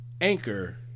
Anchor